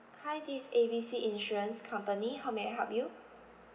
hi this is A B C insurance company how may I help you